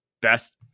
best